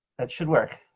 that should work.